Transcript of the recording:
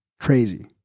Crazy